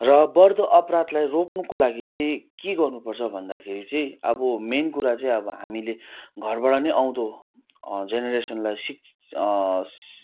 र बढ्दो अपराधलाई रोक्नुको लागि चाहिँ के गर्नु पर्छ भन्दाखेरि चाहिँ अब मेन कुरा चाहिँ अब हामीले घरबाट नै आउँदो जेनेरेसनलाई सिक